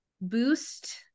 boost